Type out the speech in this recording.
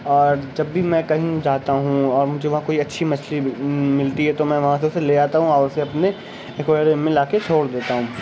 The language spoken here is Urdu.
اور جب بھی میں کہیں جاتا ہوں اور مجھے وہاں کوئی اچھی مچھلی ملتی ہے تو میں وہاں سے اسے لے آتا ہوں اور میں اسے اپنے ایکیورڈیم میں لا کے چھوڑ دیتا ہوں